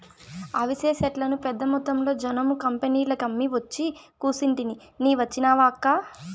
అవిసె సెట్లను పెద్దమొత్తంలో జనుము కంపెనీలకమ్మి ఒచ్చి కూసుంటిని నీ వచ్చినావక్కా